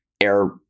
air